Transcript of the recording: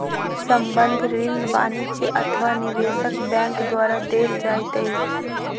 संबंद्ध ऋण वाणिज्य अथवा निवेशक बैंक द्वारा देल जाइत अछि